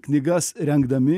knygas rengdami